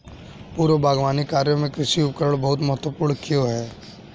पूर्व बागवानी कार्यों में कृषि उपकरण बहुत महत्वपूर्ण क्यों है?